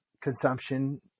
consumption